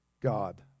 God